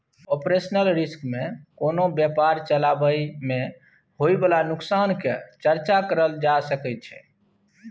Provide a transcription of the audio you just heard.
operational risk में कोनो व्यापार चलाबइ में होइ बाला नोकसान के चर्चा करल जा सकइ छइ